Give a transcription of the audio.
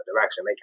direction